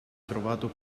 trovato